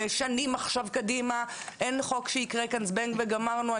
ושנים עכשיו קדימה אין חוק שיקרה כאן בזבנג וגמרנו.